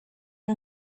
yng